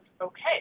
okay